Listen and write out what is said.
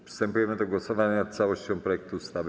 Przystępujemy do głosowania nad całością projektu ustawy.